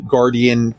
Guardian